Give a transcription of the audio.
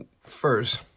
first